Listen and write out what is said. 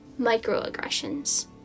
microaggressions